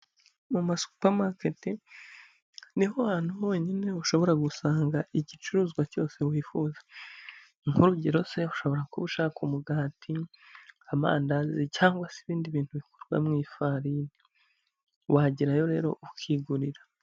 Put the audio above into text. Mu masupamaketi ni ho hantu honyine ushobora gusanga igicuruzwa cyose wifuza. Nk'urugero se ushobora kuba ushaka umugati, amandazi cyangwa se ibindi bintu bikorwa mu ifarini. Wagerayo rero ukigurira.